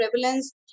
prevalence